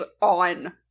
on